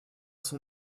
son